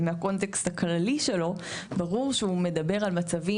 אבל בקונטקסט הכללי שלו ברור שהוא מדבר על מצבים